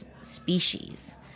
species